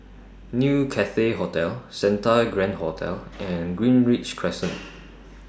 New Cathay Hotel Santa Grand Hotel and Greenridge Crescent